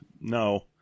No